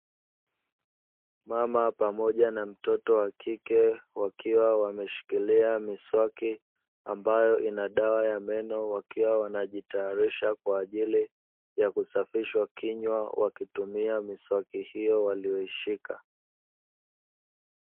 Mama pamoja na mtoto wa kike wakiwa maweshikilia miswaki, ambayo ina dawa ya meno, wakiwa wanajitayarisha kwa ajili ya kusafisha kinywa, wakitumia miswaki hiyo waliyoishika.